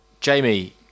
Jamie